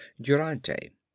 Durante